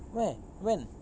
where when